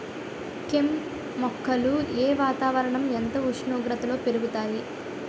కెమ్ మొక్కలు ఏ వాతావరణం ఎంత ఉష్ణోగ్రతలో పెరుగుతాయి?